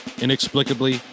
Inexplicably